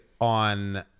on